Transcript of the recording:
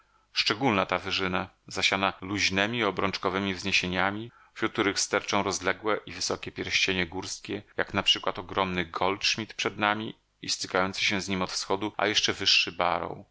szczególna to wyżyna zasiana luźnemi obrączkowemi wzniesieniami wśród których sterczą rozlegle i wysokie pierścienie górskie jak naprzykład ogromny goldschmidt przed nami i stykający się z nim od wschodu a jeszcze wyższy barrow